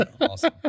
awesome